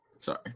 Sorry